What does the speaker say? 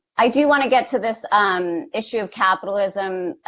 i do want to get to this um issue of capitalism.